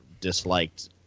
disliked